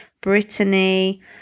Brittany